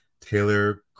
Taylor